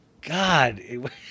God